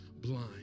blind